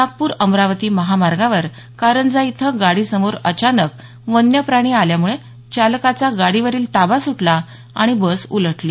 नागपूर अमरावती महामार्गावर कारंजा येथे गाडीसमोर अचानक वन्य प्राणी आल्यामुळे चालकाचा गाडीवरील ताबा सुटला आणि बस उलटली